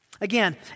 Again